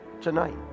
tonight